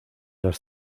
las